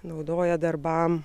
naudoja darbam